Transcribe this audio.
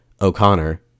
O'Connor